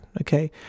okay